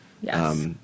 Yes